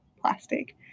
plastic